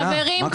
חברים,